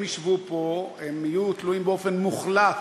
הם ישבו פה, הם יהיו תלויים באופן מוחלט,